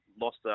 lost